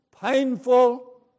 painful